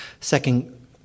second